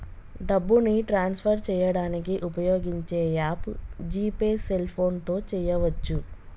డబ్బుని ట్రాన్స్ఫర్ చేయడానికి ఉపయోగించే యాప్ జీ పే సెల్ఫోన్తో చేయవచ్చు